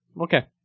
Okay